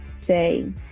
say